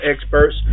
experts